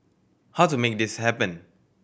how to make this happen